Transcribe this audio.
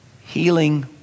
healing